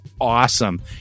awesome